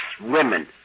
women